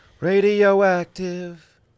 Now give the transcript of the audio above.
Radioactive